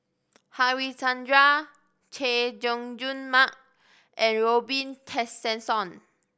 Harichandra Chay Jung Jun Mark and Robin Tessensohn